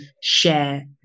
share